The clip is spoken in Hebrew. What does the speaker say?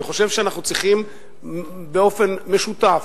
אני חושב שאנחנו צריכים באופן משותף,